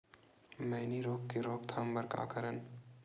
मैनी रोग के रोक थाम बर का करन?